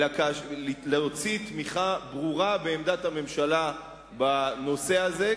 אלא להוציא תמיכה ברורה בעמדת הממשלה בנושא הזה,